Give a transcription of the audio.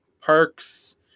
parks